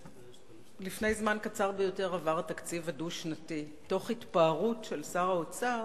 לפני זמן קצר ביותר עבר התקציב הדו-שנתי תוך התפארות של שר האוצר